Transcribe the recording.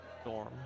Storm